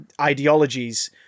ideologies